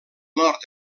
nord